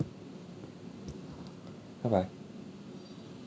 bye bye